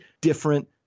different